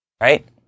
right